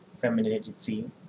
femininity